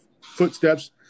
footsteps